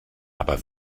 aber